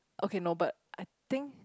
okay no but I think